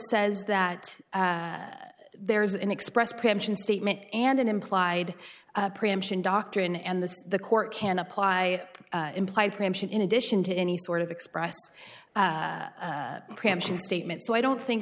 says that there is an express preemption statement and an implied preemption doctrine and this the court can apply imply preemption in addition to any sort of express preemption statement so i don't think